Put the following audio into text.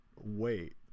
wait